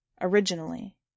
originally